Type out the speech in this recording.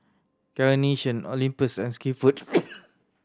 Carnation Olympus and Skinfood